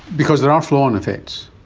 because there are flow-on effects.